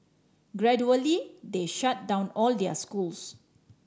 gradually they shut down all their schools